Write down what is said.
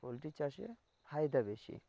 poultry চাষে ফায়দা বেশি